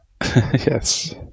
yes